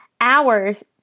hours